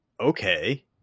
okay